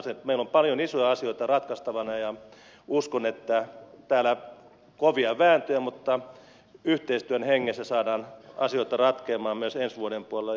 meillä on paljon isoja asioita ratkaistavana ja uskon että täällä on kovia vääntöjä mutta yhteistyön hengessä saadaan asioita ratkeamaan myös ensi vuoden puolella